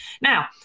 Now